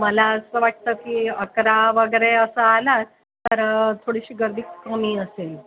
मला असं वाटतं की अकरा वगैरे असं आलात तर थोडीशी गर्दी कमी असेल